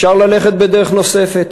אפשר ללכת בדרך נוספת.